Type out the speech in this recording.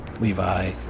Levi